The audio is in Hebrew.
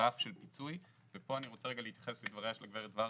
רף של פיצוי ופה אני רוצה להתייחס לדבריה של גב' ורדה,